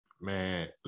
Man